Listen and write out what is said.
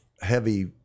heavy